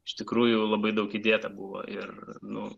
iš tikrųjų labai daug įdėta buvo ir nu